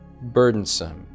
burdensome